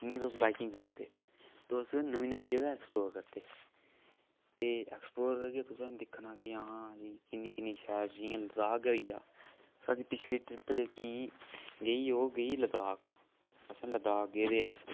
जियां तुस बाईकिंग करा दे तुस नमीं नमीं जगह ऐक्सपलोर करदे ते ऐक्सपलोर करियै तुसें दिक्खना कि हां जी किन्नी किन्नी शैल जियां लद्दाख गै होई गेआ साढ़ी पिछली ट्रिप जेह्की गेई ओह् गेई लद्दाख अस लद्दाख गेदे हे अस